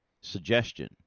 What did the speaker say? suggestion